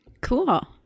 Cool